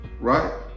Right